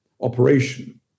operation